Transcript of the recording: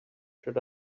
should